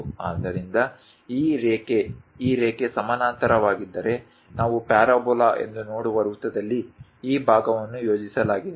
ಆದ್ದರಿಂದ ಈ ರೇಖೆ ಈ ರೇಖೆ ಸಮಾನಾಂತರವಾಗಿದ್ದರೆ ನಾವು ಪ್ಯಾರಾಬೋಲಾ ಎಂದು ನೋಡುವ ವೃತ್ತದಲ್ಲಿ ಈ ಭಾಗವನ್ನು ಯೋಜಿಸಲಾಗಿದೆ